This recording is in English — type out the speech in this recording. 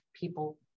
people-